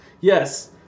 Yes